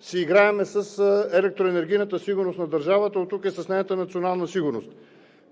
си играем с електроенергийната сигурност на държавата, оттук и с нейната национална сигурност.